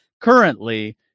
Currently